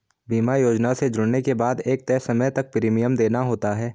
बीमा योजना से जुड़ने के बाद एक तय समय तक प्रीमियम देना होता है